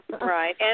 right